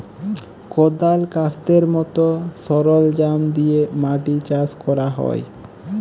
কদাল, ক্যাস্তের মত সরলজাম দিয়ে মাটি চাষ ক্যরা হ্যয়